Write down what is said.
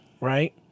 Right